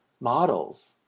models